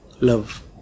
love